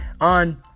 on